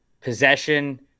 possession